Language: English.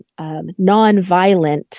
nonviolent